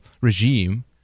regime